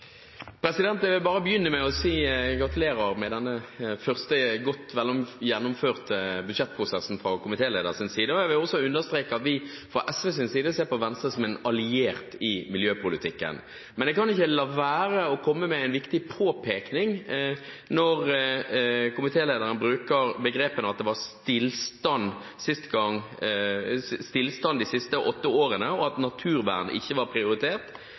Jeg vil bare begynne med å si gratulerer med den første godt gjennomførte budsjettprosessen fra komitélederens side. Jeg vil også understreke at vi fra SVs side ser på Venstre som en alliert i miljøpolitikken. Men jeg kan ikke la være å komme med en viktig påpeking. Når komitélederen bruker begrepet «stillstand» om de siste åtte årene, og at naturvern ikke var prioritert,